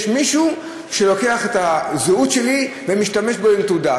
יש מישהו שלוקח את הזהות שלי ומשתמש בה עם תעודה,